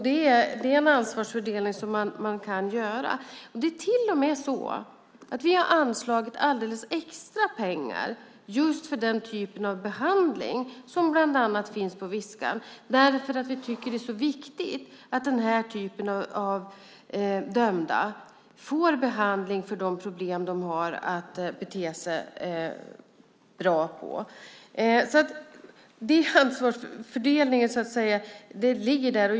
Det är en ansvarsfördelning som man kan göra. Det är till och med så att vi har anslagit alldeles extra pengar för den typen av behandling som finns bland annat på Viskan, därför att vi tycker att det är så viktigt att den här typen av dömda får behandling för de problem de har att bete sig på ett bra sätt. Ansvarsfördelningen finns alltså där.